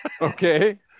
Okay